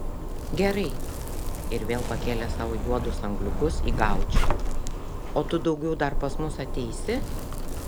gerai ir vėl pakėlė savo juodus angliukus į gaučį o tu daugiau dar pas mus ateisi